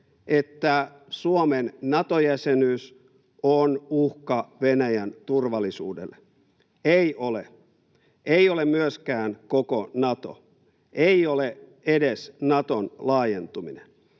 että Suomen Nato-jäsenyys on uhka Venäjän turvallisuudelle. Ei ole. Ei ole myöskään koko Nato, ei ole edes Naton laajentuminen.